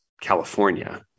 California